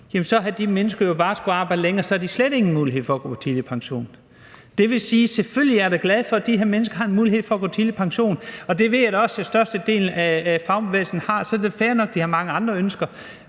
så havde de mennesker jo bare skullet arbejde længere. Så havde de slet ingen mulighed for at gå tidligt på pension. Det vil sige, at jeg da selvfølgelig er glad for, at de her mennesker har en mulighed for at gå tidligt på pension. Det ved jeg da også størstedelen af fagbevægelsen er. Så er det da fair nok, at de har mange andre ønsker,